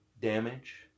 damage